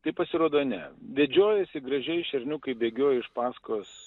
tai pasirodo ne vedžiojasi gražiai šerniukai bėgioja iš pasakos